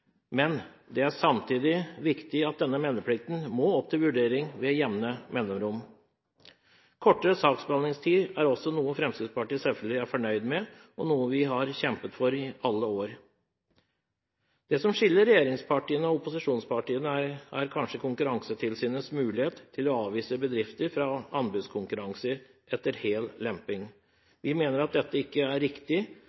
Men det er samtidig viktig at denne meldeplikten må opp til vurdering med jevne mellomrom. Kortere saksbehandlingstid er også noe Fremskrittspartiet selvfølgelig er fornøyd med, og noe vi har kjempet for i alle år. Det som skiller regjeringspartiene og opposisjonspartiene, er kanskje synet på Konkurransetilsynets mulighet til å avvise bedrifter fra anbudskonkurranser etter hel